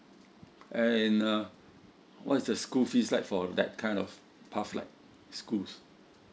and uh what's the school fees like for that kind of pathlight schools